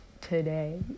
today